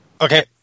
Okay